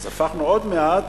הפכנו עוד מעט,